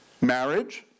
Marriage